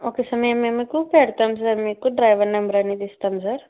okay sir మేము మేము మీకు పెడతాము సార్ మీకు డ్రైవర్ నంబర్ అనేది ఇస్తాము సార్